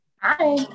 Hi